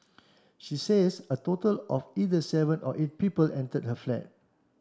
she says a total of either seven or eight people entered her flat